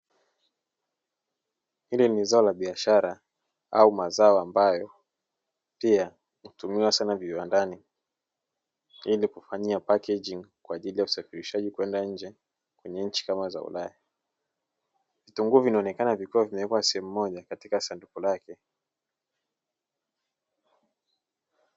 Ili ni zao la biashara au mazao ambayo pia hutumiwa sana viwandani ili kufanyia pakejingi kwa ajili ya usafirishaji kwenda nje kwenye nchi kama za ulaya. Vitunguu vinaonekana vikiwa vimekuwa sehemu moja katika sanduku lake.